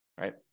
right